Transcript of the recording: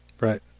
Right